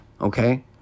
okay